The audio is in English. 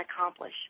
accomplish